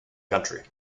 country